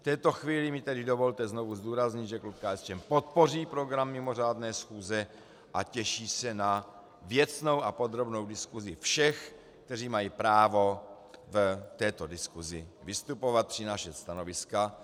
V této chvíli mi tedy dovolte znovu zdůraznit, že klub KSČM podpoří program mimořádné schůze a těší se na věcnou a podrobnou diskusi všech, kteří mají právo v této diskusi vystupovat, přinášet stanoviska.